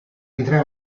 ritrae